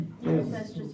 Yes